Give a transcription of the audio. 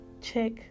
check